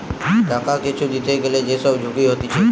টাকা কিছু দিতে গ্যালে যে সব ঝুঁকি হতিছে